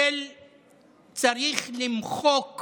ש"צריך למחוק